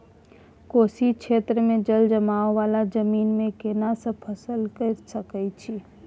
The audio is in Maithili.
कोशी क्षेत्र मे जलजमाव वाला जमीन मे केना सब फसल के सकय छी?